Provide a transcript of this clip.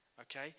Okay